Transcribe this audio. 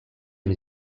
amb